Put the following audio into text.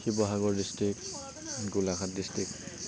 Sivasagar district Golaghat district